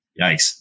yikes